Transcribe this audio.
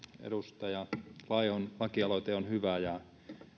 edustaja laihon lakialoite on hyvä ja